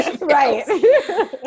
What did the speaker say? Right